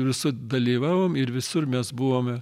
visur dalyvavom ir visur mes buvome